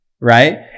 right